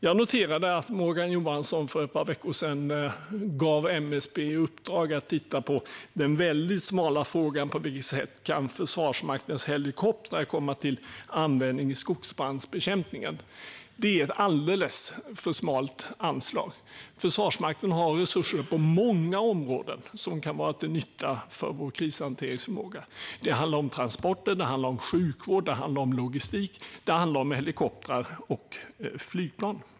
Jag noterade att Morgan Johansson för ett par veckor sedan gav MSB i uppdrag att titta på den väldigt smala frågan på vilket sätt Försvarsmaktens helikoptrar kan komma till användning i skogsbrandsbekämpningen. Det är ett alldeles för smalt anslag. Försvarsmakten har resurser på många områden som kan vara till nytta för vår krishanteringsförmåga. Det handlar om transporter, sjukvård, logistik och helikoptrar och flygplan.